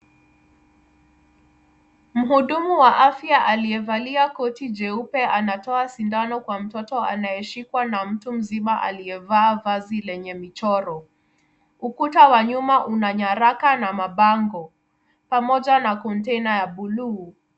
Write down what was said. Mhudumu wa afya aliyevalia koti jeupe anatoa sindano kwa mtoto anayeshikwa na mtu mzima aliyevaa vazi lenye michoro. Ukuta wa nyuma una nyaraka na mabango pamoja na kontaina ya buluu.